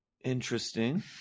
Interesting